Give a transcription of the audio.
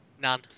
None